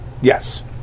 Yes